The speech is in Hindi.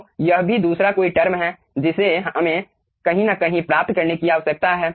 तो यह भी दूसरा कोई टर्म है जिसे हमें कहीं न कहीं प्राप्त करने की आवश्यकता है